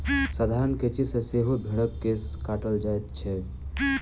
साधारण कैंची सॅ सेहो भेंड़क केश काटल जाइत छै